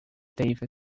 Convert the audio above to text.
davis